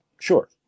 Sure